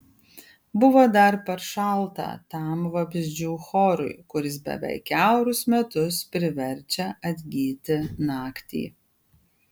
buvo dar per šalta tam vabzdžių chorui kuris beveik kiaurus metus priverčia atgyti naktį